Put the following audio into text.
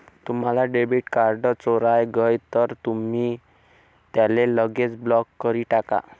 तुम्हना debit card चोराय गय तर तुमी त्याले लगेच ब्लॉक करी टाका